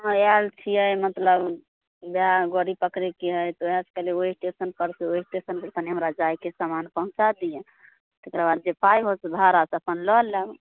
अहाँ आएल छियै मतलब ओएह गड़ी पकड़ेके है तऽ ओएहसँ कहलियै ओहि स्टेशन परसँ ओहि स्टेशन पर कनी हमरा जायके है समान पहुँचा दिअ तेकर बाद जे पाइ होत भाड़ा से अपन लऽ लेब